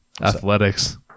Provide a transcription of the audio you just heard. athletics